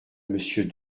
monsieur